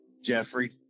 Jeffrey